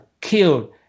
killed